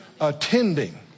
Attending